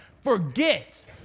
forget